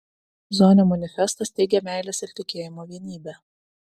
zonio manifestas teigia meilės ir tikėjimo vienybę